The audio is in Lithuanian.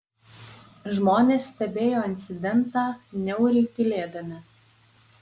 žmonės stebėjo incidentą niauriai tylėdami